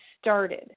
started